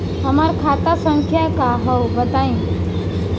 हमार खाता संख्या का हव बताई?